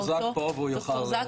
כן, ד"ר זק פה והוא יוכל.